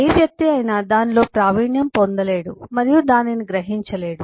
ఏ వ్యక్తి అయినా దానిలో ప్రావీణ్యం పొందలేడు మరియు దానిని గ్రహించలేడు